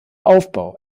aufbau